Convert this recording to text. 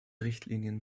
richtlinien